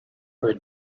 her